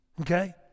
Okay